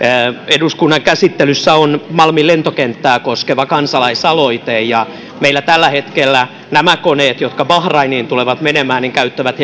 eduskunnan käsittelyssä on malmin lentokenttää koskeva kansalaisaloite meillä tällä hetkellä nämä koneet jotka bahrainiin tulevat menemään käyttävät